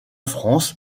france